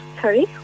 Sorry